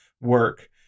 work